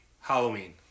Halloween